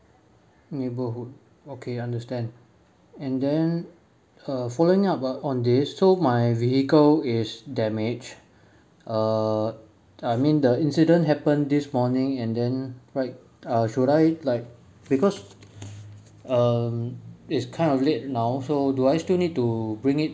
neighbourhood okay understand and then err following up on this so my vehicle is damaged uh I mean the incident happened this morning and then right uh should I like because um it's kind of late now so do I still need to bring it